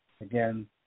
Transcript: Again